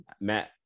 Matt